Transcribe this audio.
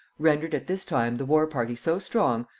rendered at this time the war-party so strong,